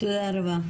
תודה רבה.